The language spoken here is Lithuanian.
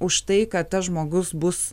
už tai kad tas žmogus bus